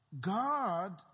God